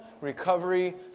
Recovery